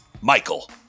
Michael